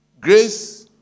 Grace